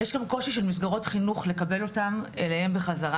יש כאן קושי של מסגרות חינוך לקבל אותם אליהם בחזרה.